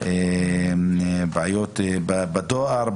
בעיות בדואר.